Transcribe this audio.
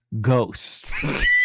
Ghost